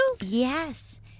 Yes